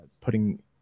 putting